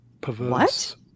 perverse